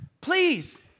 please